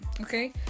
okay